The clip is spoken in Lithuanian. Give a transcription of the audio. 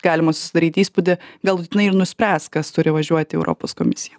galima susidaryti įspūdį galutinai ir nuspręs kas turi važiuoti į europos komisiją